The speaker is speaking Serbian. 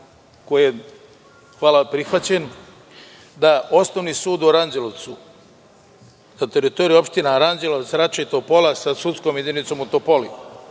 koji je prihvaćen, za osnovni sud u Aranđelvcu, za teritoriju opštine Aranđelovac, Rača i Topola sa sudskom jedinicom u Topoli,